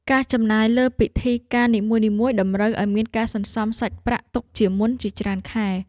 ការចំណាយលើពិធីការនីមួយៗ តម្រូវឱ្យមានការសន្សំសាច់ប្រាក់ទុកជាមុនជាច្រើនខែ។